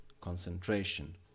concentration